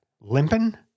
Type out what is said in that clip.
Limping